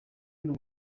y’u